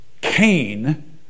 Cain